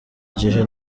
gihe